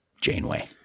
Janeway